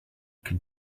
can